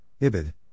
IBID